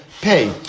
pay